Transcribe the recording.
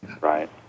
Right